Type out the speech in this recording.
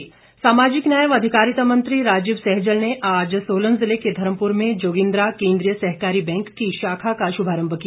bank सामाजिक न्याय व अधिकारिता मंत्री राजीव सहजल ने आज सोलन जिले के धर्मपुर में जोगिन्द्रा केंद्रीय सहकारी बैंक की शाखा का शुभारंभ किया